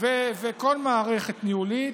וכל מערכת ניהולית,